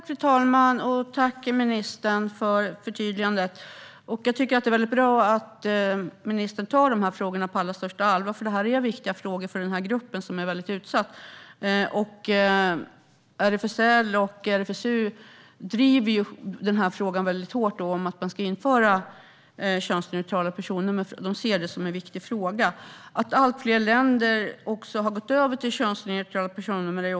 Fru talman! Tack, ministern, för förtydligandet. Jag tycker att det är bra att ministern tar dessa frågor på allra största allvar. De här frågorna är viktiga för denna grupp, som är väldigt utsatt. RFSL och RFSU driver på hårt i frågan om att införa könsneutrala personnummer och ser detta som en viktig fråga. Det är också ett faktum att allt fler länder har gått över till könsneutrala personnummer.